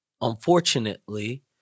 unfortunately